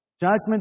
Judgment